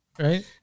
Right